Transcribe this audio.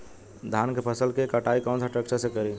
धान के फसल के कटाई कौन सा ट्रैक्टर से करी?